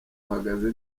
ruhagaze